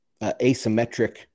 asymmetric